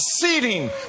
seating